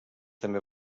també